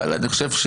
אני חושב,